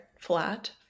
flat